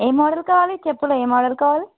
ఏ model కావాలి చెప్పులు ఏ మోడల్ కావాలి